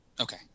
Okay